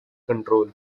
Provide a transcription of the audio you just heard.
control